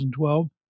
2012